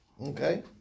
Okay